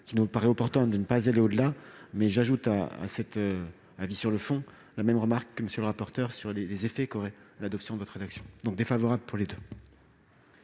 qu'il nous paraît opportun de ne pas aller au-delà. J'ajoute à cet avis sur le fond la même remarque que celle de M. le rapporteur général sur les effets qu'aurait l'adoption de votre rédaction. Avis défavorable sur ces deux